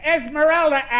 Esmeralda